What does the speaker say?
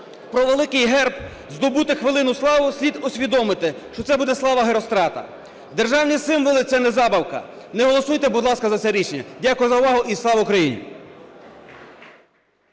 про великий герб, здобути хвилину слави, слід усвідомити, що це буде "слава Герострата". Державні символи – це не забавка. Не голосуйте, будь ласка, за це рішення. Дякую за увагу. І слава Україні!